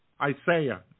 Isaiah